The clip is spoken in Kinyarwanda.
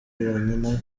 nayo